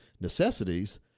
necessities